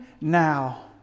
now